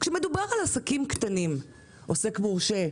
כשמדובר על עסקים קטנים כמו עוסק מורשה,